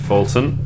Fulton